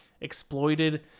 exploited